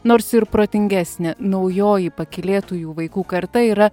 nors ir protingesnė naujoji pakylėtųjų vaikų karta yra